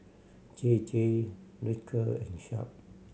J J Ripcurl and Sharp